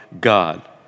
God